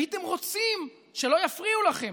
הייתם רוצים שלא יפריעו לכם,